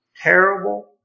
terrible